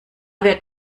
wird